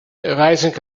rising